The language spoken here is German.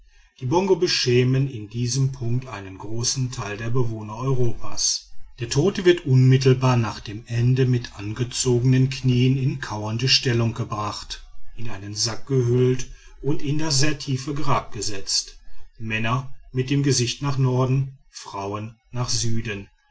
die bongo beschämen in diesem punkt einen großen teil der bewohner europas der tote wird unmittelbar nach dem ende mit angezogenen knien in kauernde stellung gebracht in einen sack gehüllt und in das sehr tiefe grab gesetzt männer mit dem gesicht nach norden frauen nach süden